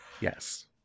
Yes